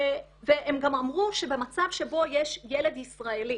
והם גם אמרו שבמצב שבו יש ילד ישראלי